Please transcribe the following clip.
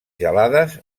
gelades